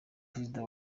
perezida